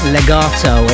Legato